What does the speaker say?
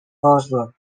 oslo